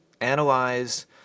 analyze